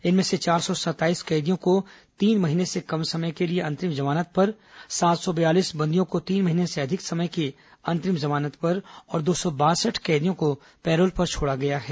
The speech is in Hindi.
इनमें से चार सौ सत्ताईस कैदियों को तीन महीने से कम समय के लिए अंतरिम जमानत पर सात सौ बयालीस बंदियों को तीन महीने से अधिक की अंतरिम जमानत पर और दो सौ बासठ कैदियों को पैरोल पर छोड़ा गया है